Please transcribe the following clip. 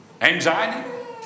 Anxiety